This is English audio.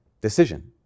decision